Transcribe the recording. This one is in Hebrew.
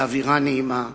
באווירה נעימה,